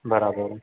बराबरि